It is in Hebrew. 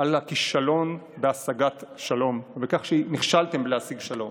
על הכישלון בהשגת שלום, בכך שנכשלתם בלהשיג שלום.